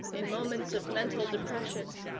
in moments of mental depression,